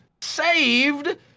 saved